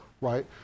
right